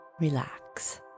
Relax